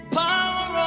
power